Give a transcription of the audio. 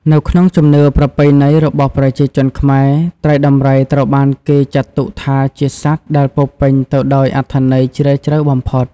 នៅក្នុងជំនឿប្រពៃណីរបស់ប្រជាជនខ្មែរ ត្រីដំរីត្រូវបានគេចាត់ទុកថាជាសត្វដែលពោរពេញទៅដោយអត្ថន័យជ្រាលជ្រៅបំផុត។